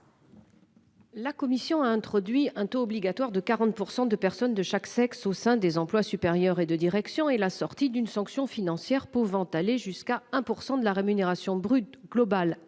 La commission a introduit un taux obligatoire de 40% de personnes de chaque sexe au sein des employes supérieurs et de direction et la sortie d'une sanction financière pouvant aller jusqu'à 1% de la rémunération brute globale